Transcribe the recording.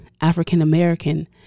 African-American